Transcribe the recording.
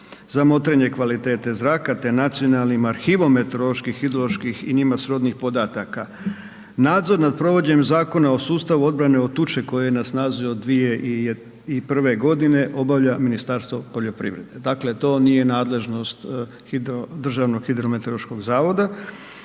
za motrenje kvalitete zraka te nacionalnim arhivom meteoroloških, hidroloških i njima srodnih podataka. Nadzor nad provođenjem Zakona o sustavu obrane od tuče koji je na snazi od 2001. godine obavlja Ministarstvo poljoprivrede. Dakle, to nije nadležnost Državnog hidrometeorološkog zavoda,